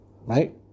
right